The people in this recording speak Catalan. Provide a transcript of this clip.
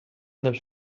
dels